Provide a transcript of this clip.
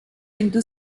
into